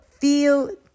feel